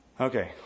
Okay